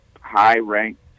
high-ranked